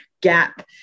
gap